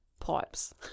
Pipes